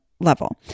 level